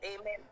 Amen